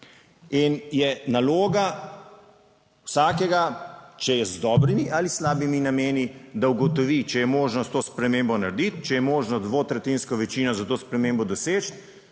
In je naloga vsakega, če je z dobrimi ali slabimi nameni, da ugotovi, če je možno s to spremembo narediti, če je možno dvotretjinsko večino za to spremembo doseči,